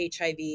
HIV